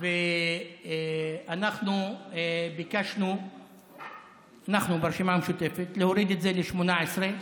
ואנחנו ברשימה המשותפת ביקשנו להוריד את זה ל-18.